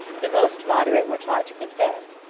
the most moderate were taught to confess,